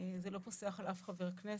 זה לא פוסח על אף חבר הכנסת,